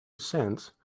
cents